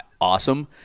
awesome